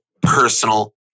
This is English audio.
personal